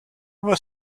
was